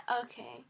okay